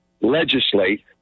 legislate